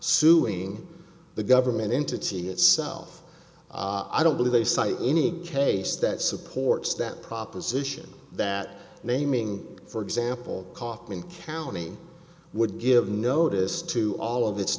suing the government entity itself i don't believe they cite any case that supports that proposition that naming for example kaufman county would give notice to all of its